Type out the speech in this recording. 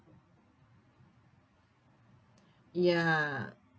ya